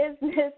Business